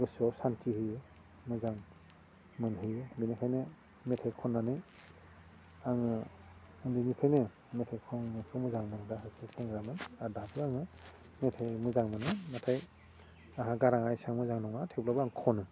गोसोआव सान्ति होयो मोजां मोनहोयो बेनिखायनो मेथाइ खन्नानै आङो उन्दैनिफ्रायनो मेथाइखौ आं मोजां मोनग्रा सासे सेंग्रामोन आरो दाथ' आङो मेथाइ मोजां मोनो नाथाय आहा गाराङा एसेबां मोजां नङा थेवब्लाबो आं खनो